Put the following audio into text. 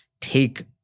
take